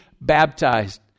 baptized